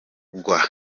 ngwa